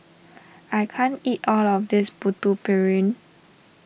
I can't eat all of this Putu Piring